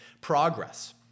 Progress